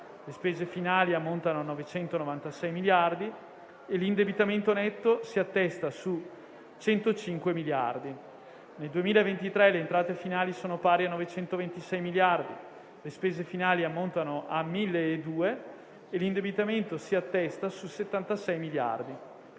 le spese finali ammontano a 996 miliardi e l'indebitamento netto si attesta su 105 miliardi; nel 2023 le entrate finali sono pari a 926 miliardi, le spese finali ammontano a 1.002 e l'indebitamento si attesta su 76 miliardi;